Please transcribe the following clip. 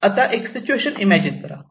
आता एक situation imagine करा